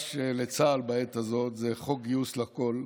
שנדרש לצה"ל בעת הזאת זה חוק גיוס לכול.